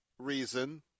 reason